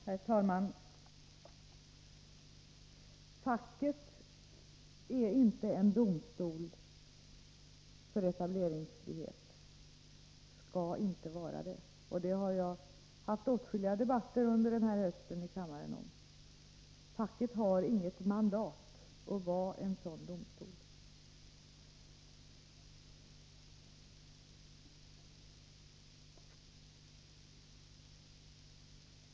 Herr talman! Facket är inte en domstol i frågor om etableringsfrihet och skall inte vara det — jag har under hösten haft åtskilliga debatter här i kammaren om detta. Facket har inget mandat att vara en sådan domstol.